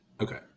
okay